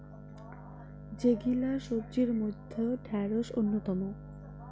যেগিলা সবজির মইধ্যে ঢেড়স অইন্যতম